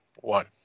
one